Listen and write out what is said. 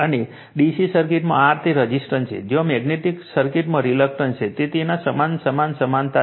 અને DC સર્કિટમાં R એ રજીસ્ટન્સ છે જ્યારે મેગ્નેટિક સર્કિટમાં રિલક્ટન્સ છે તે તેના સમાન સમાન સમાનતા છે